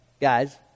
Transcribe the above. guys